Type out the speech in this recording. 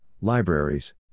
libraries